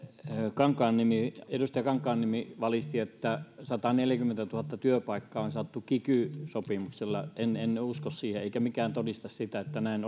edustaja kankaanniemi valisti että sataneljäkymmentätuhatta työpaikkaa on saatu kiky sopimuksella en en usko siihen eikä mikään todista sitä että näin